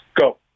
Go